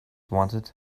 wanted